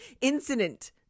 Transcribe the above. incident